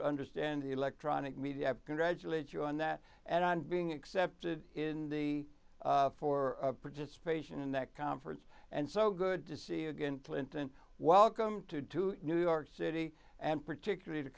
to understand the electronic media congratulate you on that and on being accepted in the for participation in that conference and so good to see again clinton welcome to new york city and particularly t